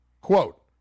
Quote